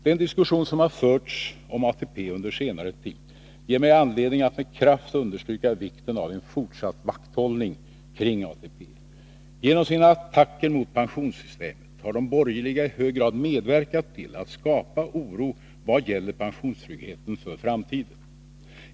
Den diskussion som förts om ATP under senare tid ger mig anledning att med kraft understryka vikten av en fortsatt vakthållning kring ATP. Genom sina attacker mot pensionssystemet har de borgerliga i hög grad medverkat till att skapa oro vad gäller pensionstryggheten för framtiden.